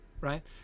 right